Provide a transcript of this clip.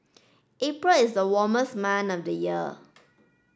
April is the warmest month of the year